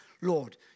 Lord